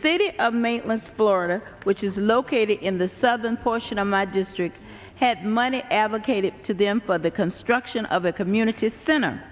city of maine let's florida which is located in the southern portion of my district had money advocated to them for the construction of a community center